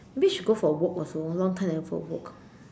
maybe should go for a walk also long time never go for a walk